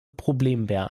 problembär